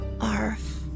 Arf